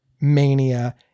mania